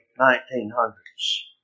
1900's